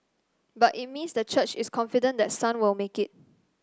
but it means the church is confident that Sun will make it